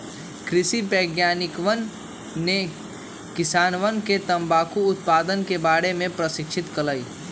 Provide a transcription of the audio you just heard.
कृषि वैज्ञानिकवन ने किसानवन के तंबाकू उत्पादन के बारे में प्रशिक्षित कइल